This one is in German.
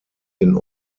den